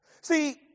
See